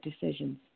decisions